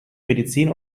medizin